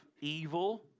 evil